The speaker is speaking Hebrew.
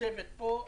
הצוות פה,